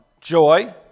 joy